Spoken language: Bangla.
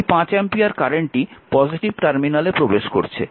এই 5 অ্যাম্পিয়ার কারেন্টটি পজিটিভ টার্মিনালে প্রবেশ করছে